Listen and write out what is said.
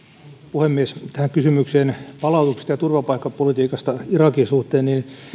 puhemies tähän kysymykseen palautuksista ja turvapaikkapolitiikasta irakin suhteen